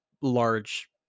large